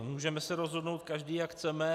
Můžeme se rozhodnout každý, jak chceme.